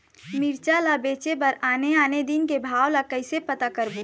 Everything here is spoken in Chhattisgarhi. मिरचा ला बेचे बर आने आने दिन के भाव ला कइसे पता करबो?